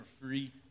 free